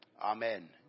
Amen